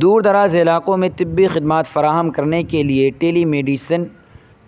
دور دراز علاقوں میں طبی خدمات فراہم کرنے کے لیے ٹیلی میڈیسن